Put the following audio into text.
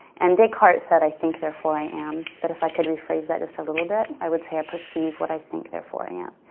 and descartes said, i think therefore i am, but if i could rephrase that just a little bit i would say, i perceive what i think therefore i am.